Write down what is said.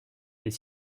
est